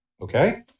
Okay